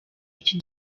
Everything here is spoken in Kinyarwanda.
iki